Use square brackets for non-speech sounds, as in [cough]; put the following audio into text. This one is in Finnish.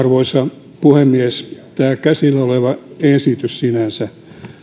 [unintelligible] arvoisa puhemies tämä käsillä oleva esitys sinänsä